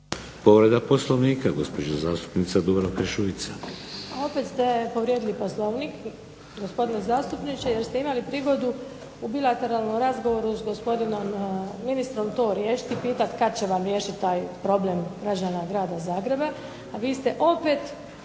Povreda Poslovnika, gospođa zastupnica Dubravka Šuica. **Šuica, Dubravka (HDZ)** Opet ste povrijedili Poslovnik gospodine zastupniče, jer ste imali priliku u bilateralnom razgovoru s gospodinom ministrom to riješiti i pitati kada će vam riješiti taj problem građana grada Zagreba, a vi ste opet